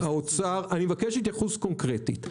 אני מבקש התייחסות קונקרטית.